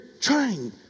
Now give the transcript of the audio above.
trying